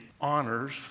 honors